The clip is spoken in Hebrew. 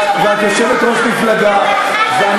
ואת יושבת-ראש מפלגה,